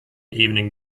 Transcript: evening